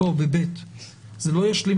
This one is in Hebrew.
זה נשמע